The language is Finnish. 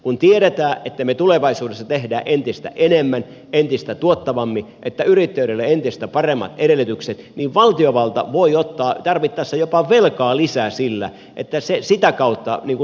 kun tiedetään että me tulevaisuudessa teemme entistä enemmän entistä tuottavammin että yrittäjyydellä on entistä paremmat edellytykset niin valtiovalta voi ottaa tarvittaessa jopa velkaa lisää sillä että se sitä kautta nopeuttaa kasvua